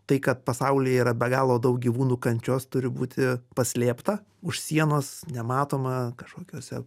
tai kad pasaulyje yra be galo daug gyvūnų kančios turi būti paslėpta už sienos nematoma kažkokiose